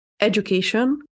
education